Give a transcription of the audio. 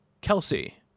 kelsey